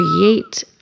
create